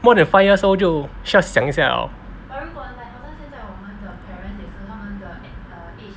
more than five years old 就需要想一下了